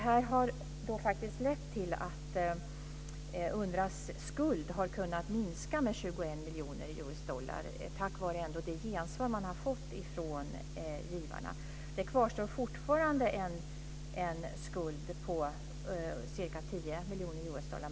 UNRWA:s skuld har kunnat minska med 21 miljoner US-dollar tack vare det gensvar man har fått ifrån givarna. Det kvarstår fortfarande en skuld på ca 10 miljoner US-dollar.